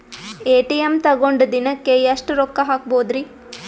ATM ತಗೊಂಡ್ ದಿನಕ್ಕೆ ಎಷ್ಟ್ ರೊಕ್ಕ ಹಾಕ್ಬೊದ್ರಿ?